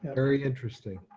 very interesting.